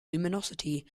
luminosity